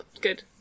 Good